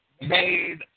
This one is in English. made